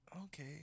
Okay